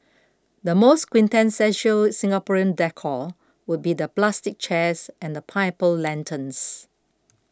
the most quintessential Singaporean decor would be the plastic chairs and pineapple lanterns